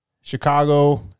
Chicago